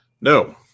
No